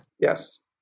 Yes